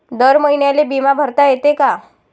दर महिन्याले बिमा भरता येते का?